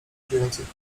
czujących